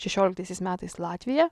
šešioliktaisiais metais latvija